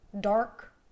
dark